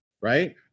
Right